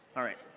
all right.